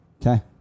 Okay